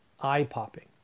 eye-popping